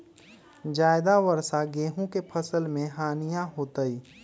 ज्यादा वर्षा गेंहू के फसल मे हानियों होतेई?